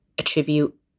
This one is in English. attribute